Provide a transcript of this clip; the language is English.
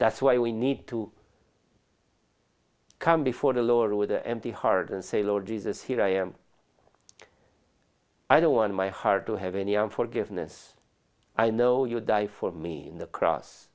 that's why we need to come before the lord with the empty heart and say lord jesus here i am i don't want my heart to have any of forgiveness i know you die for me in the cross